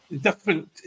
different